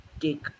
take